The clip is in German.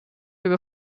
über